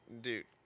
dude